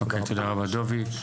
אוקיי, תודה רבה דובי.